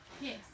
Yes